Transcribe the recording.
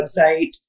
website